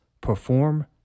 perform